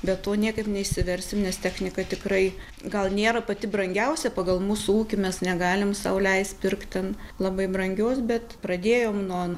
be to niekaip neišsiversim nes technika tikrai gal nėra pati brangiausia pagal mūsų ūkį mes negalim sau leist pirkti ten labai brangios bet pradėjom nuo